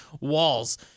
walls